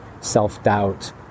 self-doubt